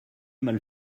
mal